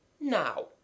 Now